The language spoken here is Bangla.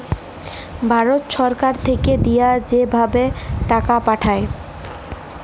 ভারত ছরকার থ্যাইকে দিঁয়া যে ভাবে টাকা পাঠায়